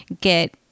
get